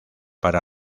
para